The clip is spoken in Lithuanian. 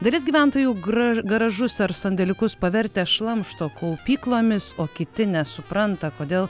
dalis gyventojų gra garažus ar sandėliukus pavertę šlamšto kaupyklomis o kiti nesupranta kodėl